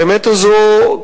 האמת הזו,